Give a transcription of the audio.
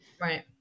Right